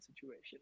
situation